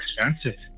expensive